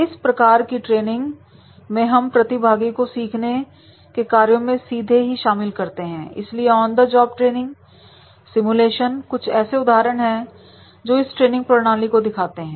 इस प्रकार की ट्रेनिंग में हम प्रतिभागी को सीखने के कार्यों में सीधे ही शामिल करते हैं इसलिए on the job training simulation कुछ उदाहरण है जो इस ट्रेनिंग प्रणाली को दिखाते हैं